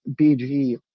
BG